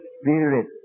spirit